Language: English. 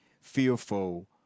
fearful